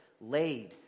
laid